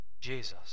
Jesus